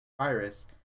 virus